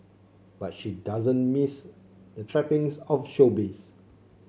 but she doesn't miss the trappings of showbiz